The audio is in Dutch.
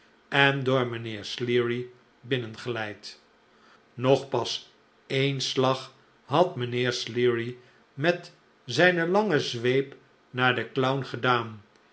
en door mijnheer sleary binnengeleid nog pas een slag had mijnheer sleary met zijne lange zweep naar den clown gedaan